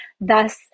thus